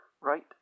right